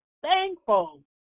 Thankful